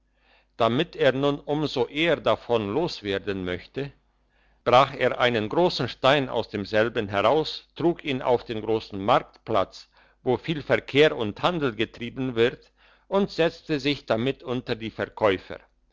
damit er nun um so eher davon los werden möchte brach er einen grossen stein aus demselben heraus trug ihn auf den grossen marktplatz wo viel verkehr und handel getrieben wird und setzte sich damit unter die verkäufer